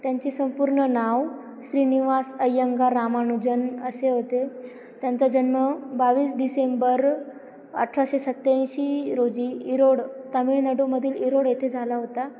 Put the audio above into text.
त्यांची संपूर्ण नाव श्रीनिवास अय्यंगार रामानुजन असे होते त्यांचा जन्म बावीस डिसेंबर अठराशे सत्याऐंशी रोजी इरोड तामिळनाडूमधील इरोड येथे झाला होता